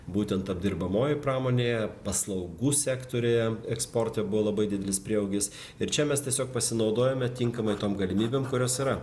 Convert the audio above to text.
būtent apdirbamoji pramonėje paslaugų sektoriuje eksporte buvo labai didelis prieaugis ir čia mes tiesiog pasinaudojome tinkamai tom galimybėm kurios yra